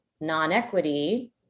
non-equity